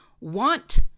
want